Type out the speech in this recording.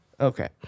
Okay